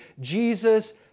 Jesus